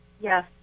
Yes